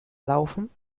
laufen